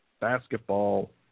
Basketball